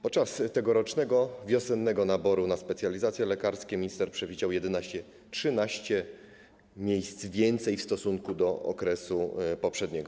Podczas tegorocznego wiosennego naboru na specjalizacje lekarskie minister przewidział 11, 13 miejsc więcej w stosunku do okresu poprzedniego.